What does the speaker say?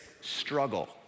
struggle